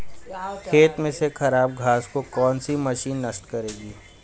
खेत में से खराब घास को कौन सी मशीन नष्ट करेगी?